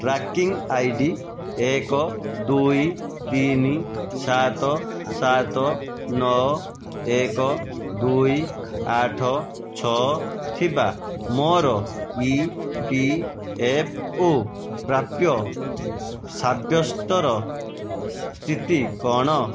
tracking I D ଏକ ଦୁଇ ତିନି ସାତ ସାତ ନଅ ଏକ ଦୁଇ ଆଠ ଛଅ ଥିବା ମୋର ଇ ପି ଏଫ୍ ଓ ପ୍ରାପ୍ୟ ସାବ୍ୟସ୍ତର ସ୍ଥିତି କଣ